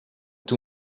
too